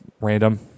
random